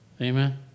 Amen